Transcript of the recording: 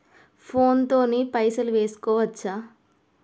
Phone తోని పైసలు వేసుకోవచ్చా?